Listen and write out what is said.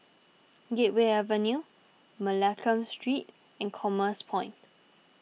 Gateway Avenue Mccallum Street and Commerce Point